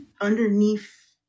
underneath